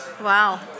Wow